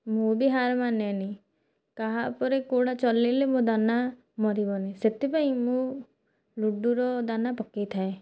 ମୁଁ ବି ହାର ମାନେନି କାହାପରେ କେଉଁଟା ଚଲାଇଲେ ମୋ ଦାନା ମରିବନି ସେଥିପାଇଁ ମୁଁ ଲୁଡ଼ୁର ଦାନା ପକାଇଥାଏ